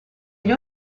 gli